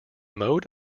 mode